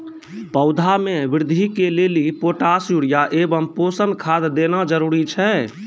पौधा मे बृद्धि के लेली पोटास यूरिया एवं पोषण खाद देना जरूरी छै?